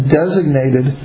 designated